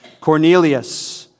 Cornelius